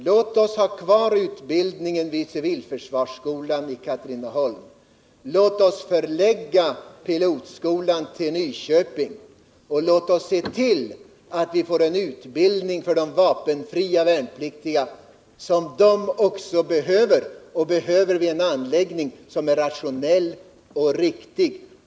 Låt oss ha kvar utbildningen vid civilförsvarsskolan i Katrineholm, låt oss förlägga pilotskolan till Nyköping och låt oss se till att vi får en utbildning för de vapenfria värnpliktiga, vilken de också behöver få, helst vid en anläggning som är rationell och riktig.